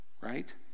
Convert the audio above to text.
right